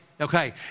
okay